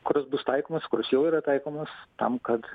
kurios bus taikomas kurios jau yra taikomas tam kad